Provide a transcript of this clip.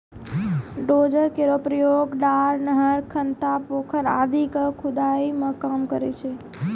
dozer केरो प्रयोग डार, नहर, खनता, पोखर आदि क खुदाई मे काम करै छै